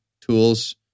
tools